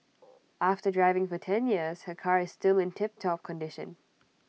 after driving for ten years her car is still in tiptop condition